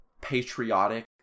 patriotic